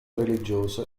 religiose